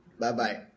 Bye-bye